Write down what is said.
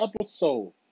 episode